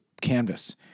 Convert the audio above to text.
canvas